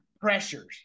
pressures